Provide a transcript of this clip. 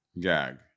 Gag